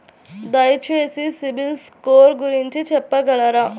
దయచేసి సిబిల్ స్కోర్ గురించి చెప్పగలరా?